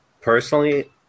Personally